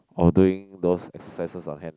or doing those exercises on hand